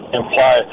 imply